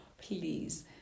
please